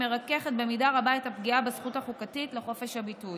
מרככת במידה רבה את הפגיעה בזכות החוקתית לחופש הביטוי.